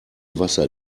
wasser